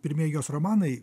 pirmieji jos romanai